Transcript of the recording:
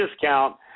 discount